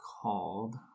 called